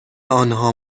آنها